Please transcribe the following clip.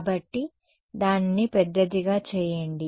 కాబట్టి దానిని పెద్దదిగా చేయండి